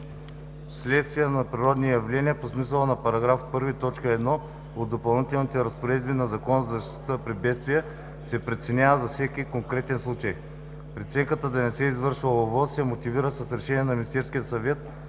вследствие на природни явления по смисъла на § 1, т. 1 от допълнителните разпоредби на Закона за защита при бедствия, се преценява за всеки конкретен случай. Преценката да не се извършва ОВОС се мотивира с решение на Министерския съвет